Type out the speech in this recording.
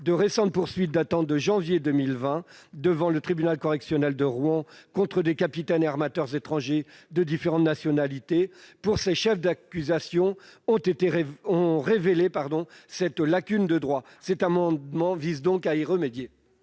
De récentes poursuites datant du mois de janvier 2020 devant le tribunal correctionnel de Rouen contre des capitaines et armateurs étrangers de différentes nationalités pour ces chefs d'accusation ont révélé cette lacune du droit. Notre amendement vise donc à y remédier.